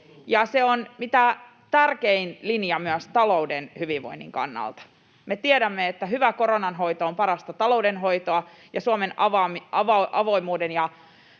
Se on mitä tärkein linja myös talouden hyvinvoinnin kannalta. Me tiedämme, että hyvä koronanhoito on parasta taloudenhoitoa, ja Suomen avoimuuden ja